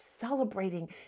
celebrating